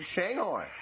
Shanghai